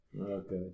Okay